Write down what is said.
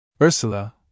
Ursula